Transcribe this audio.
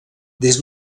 des